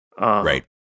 Right